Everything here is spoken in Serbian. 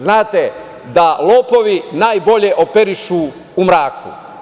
Znate, da lopovi najbolje operišu u mraku.